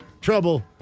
trouble